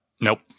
Nope